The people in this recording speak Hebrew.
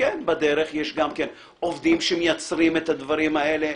בדרך יש גם עובדים שמייצרים את הדברים האלה,